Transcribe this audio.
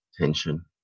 tension